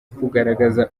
kugaragaza